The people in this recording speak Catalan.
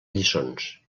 lliçons